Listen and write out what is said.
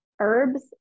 herbs